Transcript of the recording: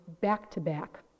back-to-back